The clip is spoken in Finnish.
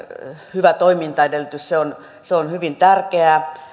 hyvä toimintaedellytys on hyvin tärkeää